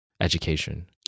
education